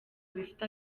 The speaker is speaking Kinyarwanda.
bifite